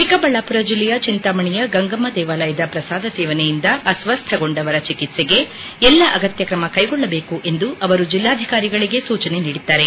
ಚಿಕ್ಕಬಳ್ಳಾಪುರ ಜಿಲ್ಲೆಯ ಚಿಂತಾಮಣಿಯ ಗಂಗಮ್ಮ ದೇವಾಲಯದ ಪ್ರಸಾದ ಸೇವನೆಯಿಂದ ಅಸ್ವಸ್ಥ ಗೊಂಡವರ ಚಿಕಿತ್ಸೆಗೆ ಎಲ್ಲ ಅಗತ್ಯ ಕ್ರಮ ಕೈಗೊಳ್ಳಬೇಕು ಎಂದು ಅವರು ಜಿಲ್ಲಾಧಿಕಾರಿಗಳಿಗೆ ಸೂಚನೆ ನೀಡಿದ್ದಾರೆ